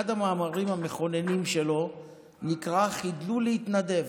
אחד המאמרים המכוננים שלו נקרא "חדלו להתנדב",